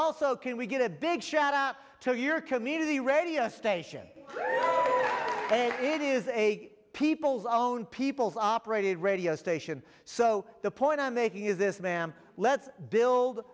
also can we get a big shot up to your community radio station it is a people's own people's operated radio station so the point i'm making is this ma'am let's build